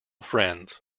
friends